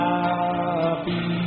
Happy